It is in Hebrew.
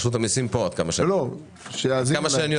עומר סלע,